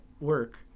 work